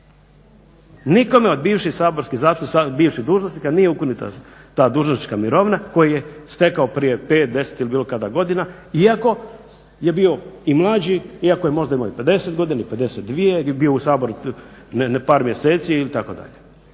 Nikome od bivših saborskih, bivših dužnosnika nije ukinuta ta dužnosnička mirovina koji je stekao prije 5, 10 ili bilo kada godina iako je bio i mlađi, iako je možda imao i 50 godina, i 52, gdje je bio u Saboru par mjeseci ili tako dalje.